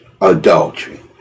adultery